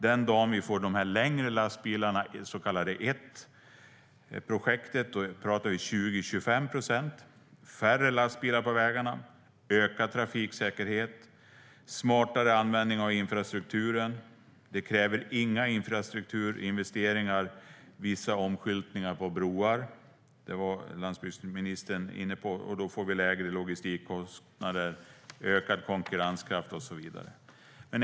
Den dagen vi får de längre lastbilarna, det så kallade ETT-projektet, pratar vi om 20-25 procent färre lastbilar på vägarna, ökad trafiksäkerhet och smartare användning av infrastrukturen. Det kräver inga infrastrukturinvesteringar utöver vissa omskyltningar på broar, vilket landsbygdsministern var inne på. Vi får lägre logistikkostnader, ökad konkurrenskraft och så vidare.